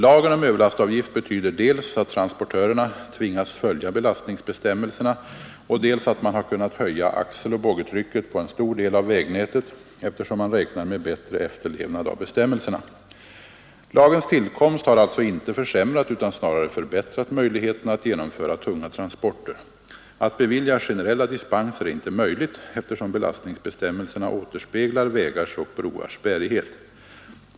Lagen om överlastavgift betyder dels att transportörerna tvingas följa belastningsbestämmelserna och dels att man har kunnat höja axeloch boggitrycket på en stor del av vägnätet, eftersom man räknar med bättre efterlevnad av bestämmelserna. Lagens tillkomst har alltså inte försämrat utan snarare förbättrat möjligheterna att genomföra tunga transporter. Att bevilja generella dispenser är inte möjligt, eftersom belastningsbestämmelserna återspeglar vägars och broars bärighet.